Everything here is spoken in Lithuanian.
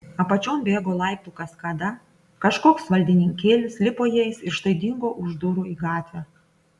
apačion bėgo laiptų kaskada kažkoks valdininkėlis lipo jais ir štai dingo už durų į gatvę